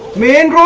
man